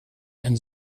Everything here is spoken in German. einen